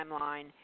timeline